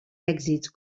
èxits